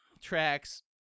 tracks